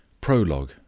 Prologue